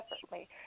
differently